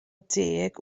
deg